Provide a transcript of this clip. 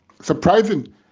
surprising